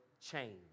change